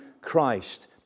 Christ